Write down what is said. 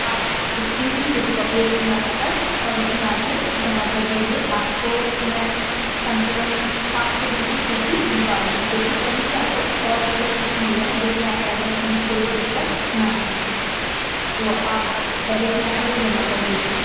आप उसकी भी फोटोकॉपी इसमें लगा कर कॉलेज में आकर जमा कर दीजिए आपको मैं कम से कम पाँच छः दिन में टी सी दिलवा दूँगी कोशिश करूंगी आपको और जल्दी टी सी मिल जाए जिससे आपके एड्मिशन में कोई भी दिक्कत न आए तो आप कॉलेज में आ कर यह जमा कर दीजिए